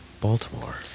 Baltimore